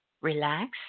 relax